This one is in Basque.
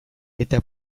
eta